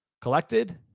collected